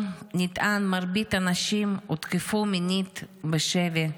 נטען כי מרבית הנשים הותקפו מינית בשבי.